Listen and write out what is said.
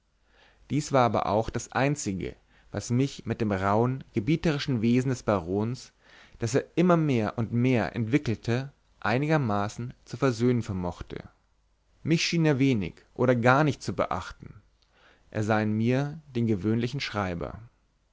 dies war aber auch das einzige was mich mit dem rauhen gebieterischen wesen des barons das er immer mehr und mehr entwickelte einigermaßen zu versöhnen vermochte mich schien er wenig oder gar nicht zu beachten er sah in mir den gewöhnlichen schreiber